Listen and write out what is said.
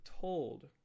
told